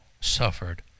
suffered